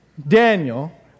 Daniel